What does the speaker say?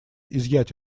изъять